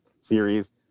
series